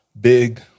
big